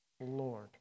Lord